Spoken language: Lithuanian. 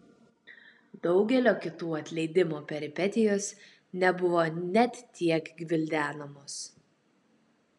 daugelio kitų atleidimo peripetijos nebuvo net tiek gvildenamos